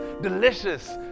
delicious